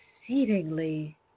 exceedingly